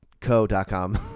Co.com